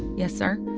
yes, sir.